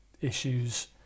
issues